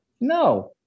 No